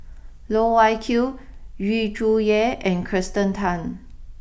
Loh Wai Kiew Yu Zhuye and Kirsten Tan